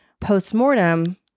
post-mortem